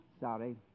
Sorry